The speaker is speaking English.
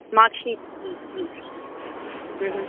mark sheet